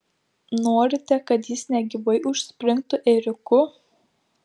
norite kad jis negyvai užspringtų ėriuku